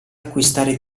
acquistare